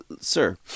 sir